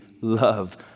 love